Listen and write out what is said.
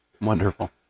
Wonderful